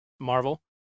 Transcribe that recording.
Marvel